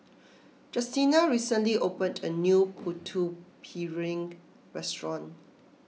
Justina recently opened a new Putu Piring restaurant